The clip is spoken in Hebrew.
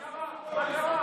מה קרה?